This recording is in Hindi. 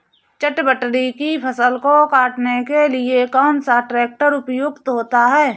चटवटरी की फसल को काटने के लिए कौन सा ट्रैक्टर उपयुक्त होता है?